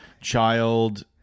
child